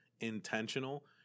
intentional